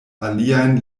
aliajn